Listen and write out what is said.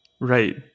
right